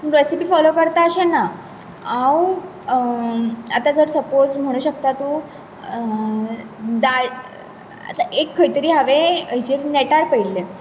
recipe follow करता अशें ना हांव आता जर सपोज म्हणूंक शकता तूं दाळ आता एक खंयतरी हांवने नेटार पयल्ले